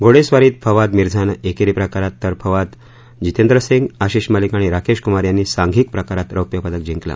घोडेस्वारीत फवाद मिर्झानं एकेरी प्रकारात तर फवाद जितेंद्र सिंग आशिष मलिक आणि राकेश कुमार यांनी सांधिक प्रकारात रौप्य पदक जिंकलं